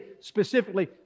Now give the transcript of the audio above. specifically